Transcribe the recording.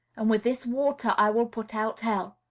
and with this water i will put out hell,